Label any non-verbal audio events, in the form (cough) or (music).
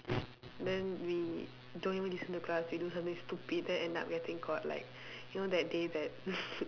then we don't even listen to class we do something stupid then end up getting caught like you know that day that (laughs)